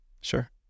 Sure